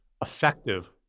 effective